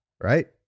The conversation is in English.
right